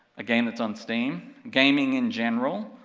a game that's on steam, gaming in general,